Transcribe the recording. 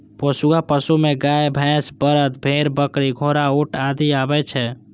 पोसुआ पशु मे गाय, भैंस, बरद, भेड़, बकरी, घोड़ा, ऊंट आदि आबै छै